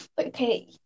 Okay